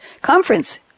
Conference